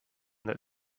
that